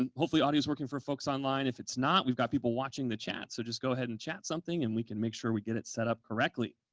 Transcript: and hopefully audio is working for folks online. if it's not, we've got people watching the chat, so just go ahead and chat something and we can make sure we get it set up correctly.